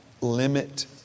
limit